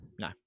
No